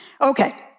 Okay